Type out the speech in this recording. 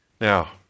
now